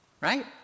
Right